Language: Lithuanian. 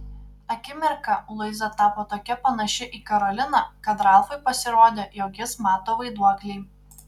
akimirką luiza tapo tokia panaši į karoliną kad ralfui pasirodė jog jis mato vaiduoklį